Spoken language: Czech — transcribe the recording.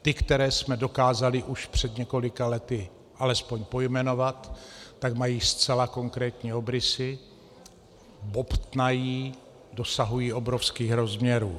Ty, které jsme dokázali už před několika lety alespoň pojmenovat, tak mají zcela konkrétní obrysy, bobtnají, dosahují obrovských rozměrů.